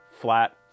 flat